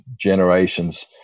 generations